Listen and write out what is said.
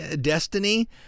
Destiny